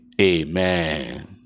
Amen